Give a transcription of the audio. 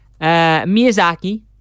Miyazaki